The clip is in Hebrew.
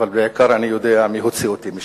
אבל בעיקר אני יודע מי הוציא אותי משם.